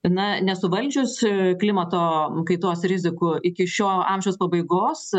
na nesuvaldžius klimato kaitos rizikų iki šio amžiaus pabaigos